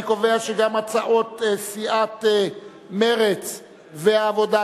אני קובע שגם הצעת סיעת מרצ והעבודה,